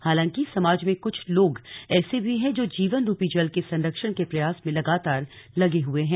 हालांकी समाज में कुछ लोग ऐसे भी हैं जो जीवन रूपी जल के संरक्षण के प्रयास में लगातार लगे हुए हैं